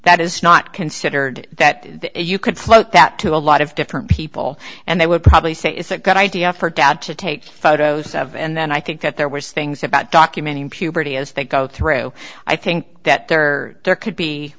that is not considered that you could float that to a lot of different people and they would probably say it's a good idea for dad to take photos of and then i think that there was things about documenting puberty as they go through i think that there are there could be